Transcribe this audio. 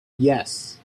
yes